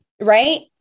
right